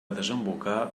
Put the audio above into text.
desembocar